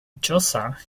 choza